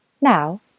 Now